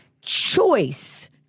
choice